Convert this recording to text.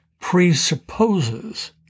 presupposes